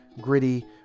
gritty